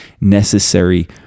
necessary